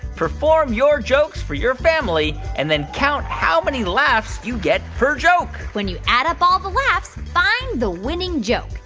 perform your jokes for your family, and then count how many laughs you get per joke when you add up all the laughs, find the winning joke.